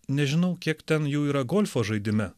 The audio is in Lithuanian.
nežinau kiek ten jų yra golfo žaidime